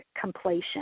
completion